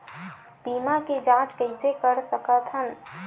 बीमा के जांच कइसे कर सकत हन?